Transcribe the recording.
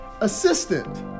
assistant